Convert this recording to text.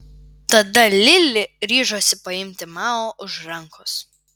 tada lili ryžosi paimti mao už rankos